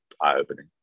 eye-opening